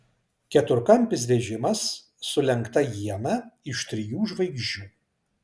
keturkampis vežimas su lenkta iena iš trijų žvaigždžių